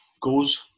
goes